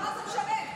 כל הכבוד על היושרה.